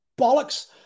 bollocks